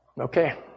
okay